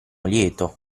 lieto